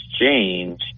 exchange